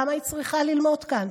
למה היא צריכה ללמוד כאן?